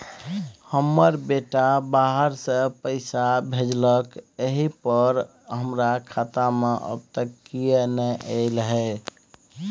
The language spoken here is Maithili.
हमर बेटा बाहर से पैसा भेजलक एय पर हमरा खाता में अब तक किये नाय ऐल है?